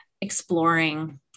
exploring